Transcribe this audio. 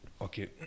Okay